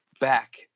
back